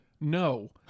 no